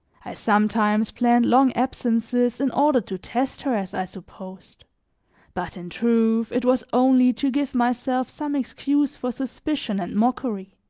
i sometimes planned long absences in order to test her, as i supposed but in truth, it was only to give myself some excuse for suspicion and mockery.